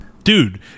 Dude